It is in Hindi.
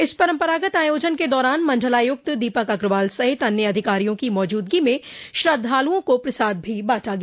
इस परम्परागत आयोजन के दौरान मंडलायुक्त दीपक अग्रवाल सहित अन्य अधिकारियों की मौजूदगी में श्रद्धालुओं को प्रसाद भी बांटा गया